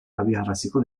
abiaraziko